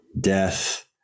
death